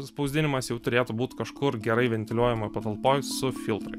spausdinimas jau turėtų būt kažkur gerai ventiliuojamoj patalpoj su filtrai